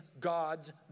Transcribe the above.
God's